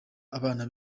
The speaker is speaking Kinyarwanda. abana